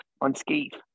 unscathed